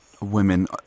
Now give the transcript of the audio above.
women